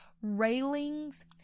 railings